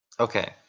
Okay